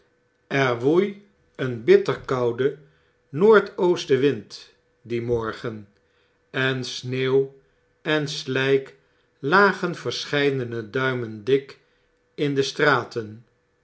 er woei een bitter koude noord-oostenwind dien morgen en sneeuw en slflk lagen verscheidene duimen dik in de straten